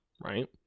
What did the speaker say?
right